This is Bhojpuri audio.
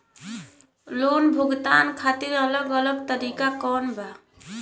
लोन भुगतान खातिर अलग अलग तरीका कौन बा?